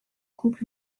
couple